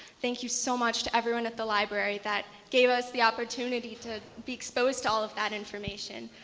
thank you so much to everyone at the library that gave us the opportunity to be exposed to all of that information.